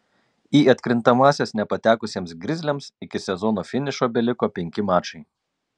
į atkrintamąsias nepatekusiems grizliams iki sezono finišo beliko penki mačai